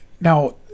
Now